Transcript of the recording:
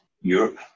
Europe